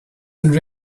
and